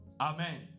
Amen